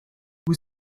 vous